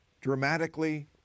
dramatically